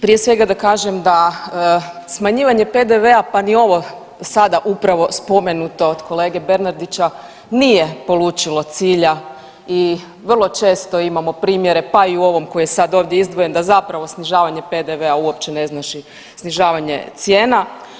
Prije svega da kažem da smanjivanje PDV-a pa ni ovo sada upravo spomenuto od kolege Bernardića nije polučilo cilja i vrlo često imamo primjere pa i u ovom koji je sada ovdje izdvojen, da zapravo snižavanje PDV-a uopće ne znači snižavanje cijena.